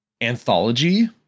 anthology